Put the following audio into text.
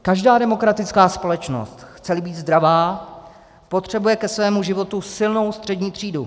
Každá demokratická společnost, chceli být zdravá, potřebuje ke svému životu silnou střední třídu.